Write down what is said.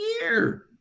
year